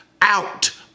out